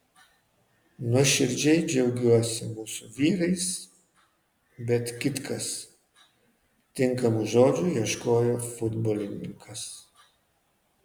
nuoširdžiai džiaugiuosi mūsų vyrais bet kitkas tinkamų žodžių ieškojo futbolininkas